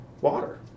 water